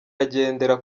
agendera